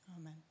Amen